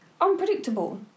Unpredictable